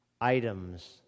items